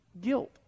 Guilt